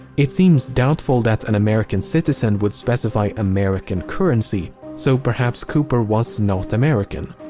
it seems doubtful that an american citizen would specify american currency, so perhaps cooper was not american.